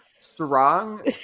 strong